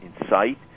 incite